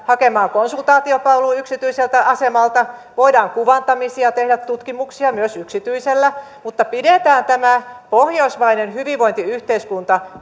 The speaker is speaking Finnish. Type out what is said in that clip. voidaan hakea konsultaatiopalvelua yksityiseltä asemalta voidaan kuvantamisia tehdä ja tutkimuksia myös yksityisellä mutta pidetään tämä pohjoismainen hyvinvointiyhteiskunta